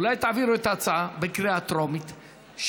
אולי תעבירו את ההצעה בקריאה טרומית,